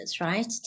right